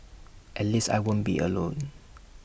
at least I won't be alone